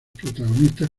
protagonistas